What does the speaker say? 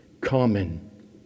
common